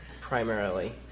primarily